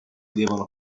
devono